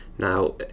Now